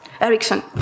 Ericsson